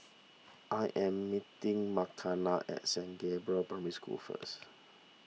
I am meeting Makenna at Saint Gabriel's Primary School first